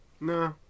Nah